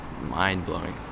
mind-blowing